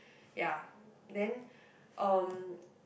ya then um